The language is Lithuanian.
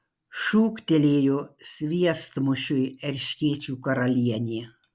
šūktelėjo sviestmušiui erškėčių karalienė